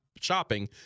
shopping